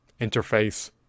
interface